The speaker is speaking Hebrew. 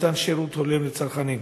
בגין אי-מתן שירות הולם לצרכנים?